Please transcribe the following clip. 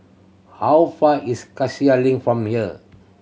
how far is Cassia Link from here